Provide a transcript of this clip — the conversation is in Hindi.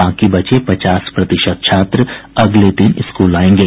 बाकी बचे पचास प्रतिशत छात्र अगले दिन स्कूल आयेंगे